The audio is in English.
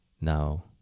now